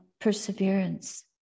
perseverance